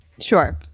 sure